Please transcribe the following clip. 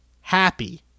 happy